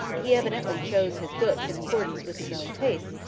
he evidently chose his books in accordance with his own tastes,